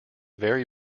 very